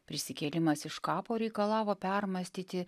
prisikėlimas iš kapo reikalavo permąstyti